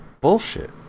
bullshit